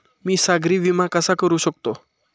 मी सागरी विमा कसा करू शकतो?